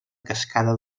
cascada